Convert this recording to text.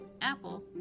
Apple